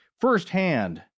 firsthand